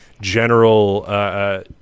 general